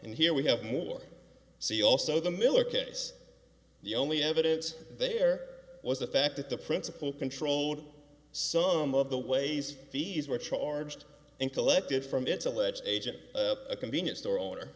and here we have more see also the miller case the only evidence there was the fact that the principal controlled some of the ways fees were charged and collected from its alleged agent a convenience store owner